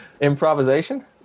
improvisation